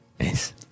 yes